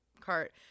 cart